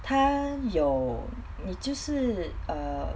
他有你就是 err